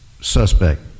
suspect